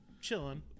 chilling